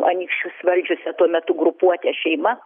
anykščius valdžiusią tuo metu grupuotę šeimą